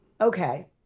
Okay